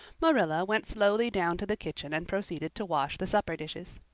marilla went slowly down to the kitchen and proceeded to wash the supper dishes.